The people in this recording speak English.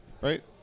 Right